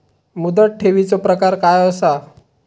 मुदत ठेवीचो प्रकार काय असा?